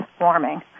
warming